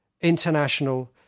international